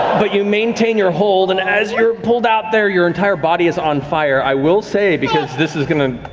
but you maintain your hold and as you're pulled out there, your entire body is on fire. i will say, because this is going to,